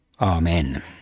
Amen